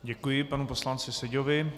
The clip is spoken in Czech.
Děkuji panu poslanci Seďovi.